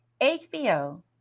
HBO